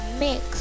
mix